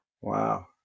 Wow